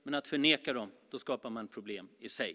Men att förneka dem skapar problem i sig.